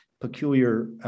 peculiar